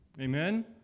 Amen